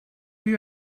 you